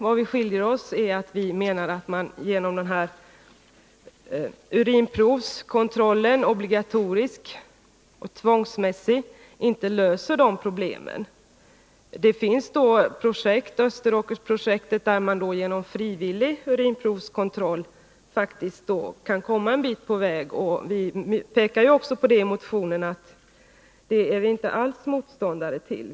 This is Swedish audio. Vi menar emellertid att en obligatorisk, tvångsmässig urinprovskontroll inte löser de här problemen. Det finns projekt, Österåkersprojektet, där man genom frivillig urinprovskontroll faktiskt har kunnat nå vissa resultat. Vi pekar på detta med frivillig kontroll i motionerna och är inte alls motståndare till sådan.